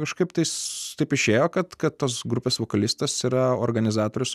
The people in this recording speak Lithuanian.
kažkaip tais taip išėjo kad kad tos grupės vokalistas yra organizatorius